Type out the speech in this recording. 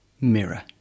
mirror